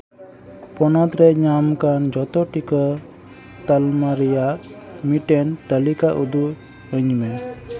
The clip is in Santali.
ᱯᱚᱱᱚᱛ ᱨᱮ ᱧᱟᱢ ᱠᱟᱱ ᱡᱚᱛᱚ ᱴᱤᱠᱟᱹ ᱛᱟᱞᱢᱟ ᱨᱮᱭᱟᱜ ᱢᱤᱫᱴᱮᱱ ᱛᱟᱹᱞᱤᱠᱟ ᱩᱫᱩᱜ ᱟᱹᱧ ᱢᱮ